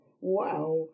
Wow